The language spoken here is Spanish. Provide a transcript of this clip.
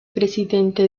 presidente